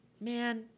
Man